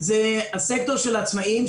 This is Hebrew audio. זה הסקטור של העצמאים,